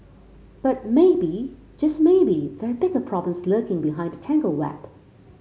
but maybe just maybe there are bigger problems lurking behind the tangled web